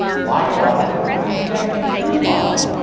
likewise, if we reject a true prophet,